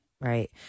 right